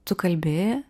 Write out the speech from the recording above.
tu kalbi